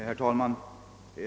Herr talman!